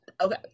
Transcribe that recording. okay